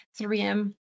3M